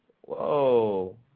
Whoa